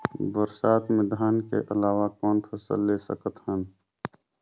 बरसात मे धान के अलावा कौन फसल ले सकत हन?